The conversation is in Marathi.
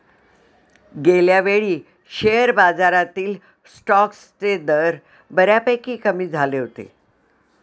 गेल्यावेळी शेअर बाजारातील स्टॉक्सचे दर बऱ्यापैकी कमी झाले होते